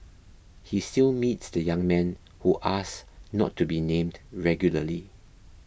he still meets the young man who asked not to be named regularly